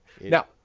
now